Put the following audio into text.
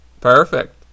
Perfect